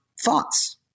thoughts